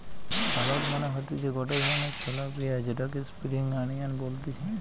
shallot মানে হতিছে গটে ধরণের ছলা পেঁয়াজ যেটাকে স্প্রিং আনিয়ান বলতিছে